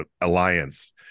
alliance